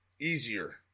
easier